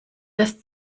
das